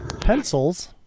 pencils